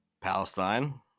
Palestine